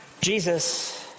Jesus